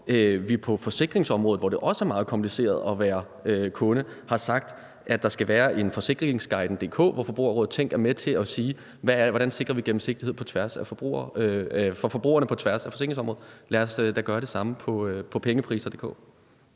vi på forsikringsområdet, hvor det også er meget kompliceret at være kunde, har sagt, at der skal være en forsikringsguiden.dk, hvor Forbrugerrådet Tænk er med til at sige, hvordan vi sikrer gennemsigtighed for forbrugerne på tværs af forsikringsområdet. Lad os da gøre det samme på pengepriser.dk.